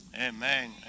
Amen